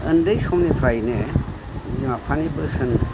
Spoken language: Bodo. उन्दै समनिफ्रायनो बिमा बिफानि बोसोन